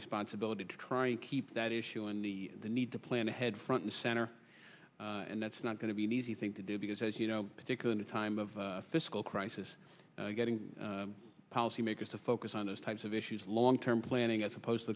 responsibility to try and keep that issue and the need to plan ahead front and center and that's not going to be an easy thing to do because as you know particularly the time of fiscal crisis getting policymakers to focus on those types of issues long term planning as opposed to